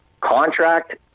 Contract